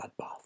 bloodbath